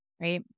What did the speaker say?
Right